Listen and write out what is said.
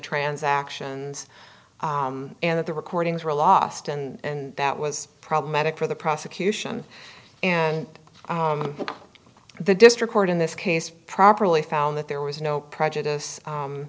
transactions and that the recordings were lost and that was problematic for the prosecution and the district court in this case properly found that there was no prejudice